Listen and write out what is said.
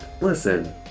Listen